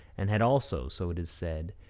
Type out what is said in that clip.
and had also, so it is said,